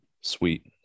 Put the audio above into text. Sweet